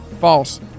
False